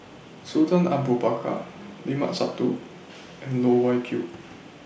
Sultan Abu Bakar Limat Sabtu and Loh Wai Kiew